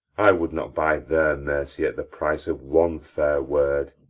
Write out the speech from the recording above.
i would not buy their mercy at the price of one fair word,